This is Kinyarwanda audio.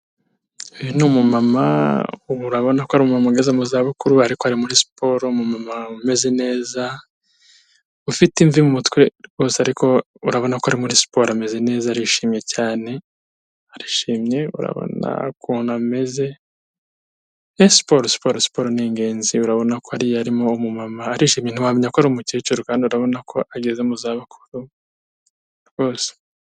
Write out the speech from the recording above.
Uyu ni umumama urabona ko ari umuntu ugeze mu zabukuru ariko ari muri siporo, umumama umeze neza, ufite imvi mu mutwe rwose, ariko urabona ko ari muri siporo, ameze neza arishimye cyane, arishimye urabona ukuntu ameze ya siporo, siporo siporo ni ingenzi urabona ko arishimye ntiwamenya ko ari umukecuru, kandi urabona ko ageze mu zabukuru rwose.